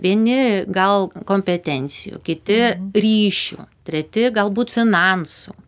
vieni gal kompetencijų kiti ryšių treti galbūt finansų